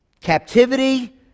captivity